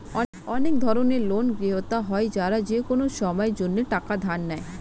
অনেক ধরনের ঋণগ্রহীতা হয় যারা যেকোনো সময়ের জন্যে টাকা ধার নেয়